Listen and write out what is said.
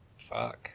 Fuck